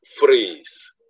freeze